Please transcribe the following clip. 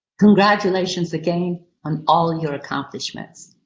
congratulations again on all your accomplishments.